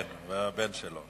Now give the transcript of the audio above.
כן, והבן שלו.